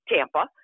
Tampa